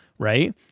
right